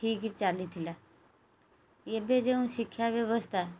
ଠିକ୍ ଚାଲିଥିଲା ଏବେ ଯେଉଁ ଶିକ୍ଷା ବ୍ୟବସ୍ଥା